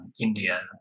India